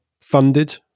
funded